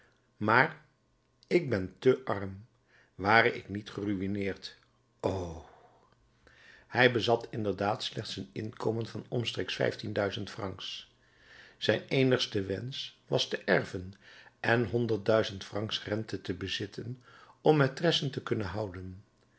maar ik ben te arm ware ik niet geruïneerd o hij bezat inderdaad slechts een inkomen van omstreeks vijftien duizend francs zijn eenigste wensch was te erven en honderd duizend francs rente te bezitten om maitressen te kunnen houden